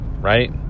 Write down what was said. right